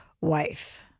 wife